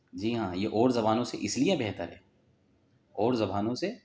جی ہاں یہ اور زبانوں سے اس لئے بہتر ہے اور زبانوں سے